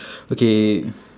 okay